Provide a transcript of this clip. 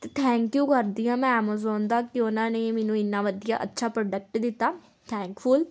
ਅਤੇ thank you ਕਰਦੀ ਹਾਂ ਮੈਂ ਐਮਾਜੋਨ ਦਾ ਕਿ ਉਹਨਾਂ ਨੇ ਮੈਨੂੰ ਇੰਨਾ ਵਧੀਆ ਅੱਛਾ ਪ੍ਰੋਡਕਟ ਦਿੱਤਾ ਥੈਂਕਫੁਲ